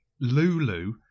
Lulu